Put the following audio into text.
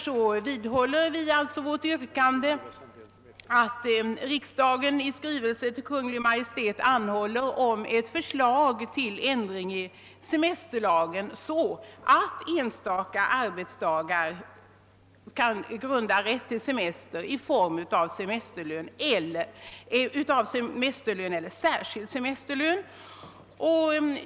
Vi vidhåller vårt yrkande att riksdagen i skrivelse till Kungl. Maj:t anhåller om förslag till ändring i semesterlagen, så att även enstaka arbetsdagar kan grunda rätt till semester i form av semesterlön eller särskild semesterlön.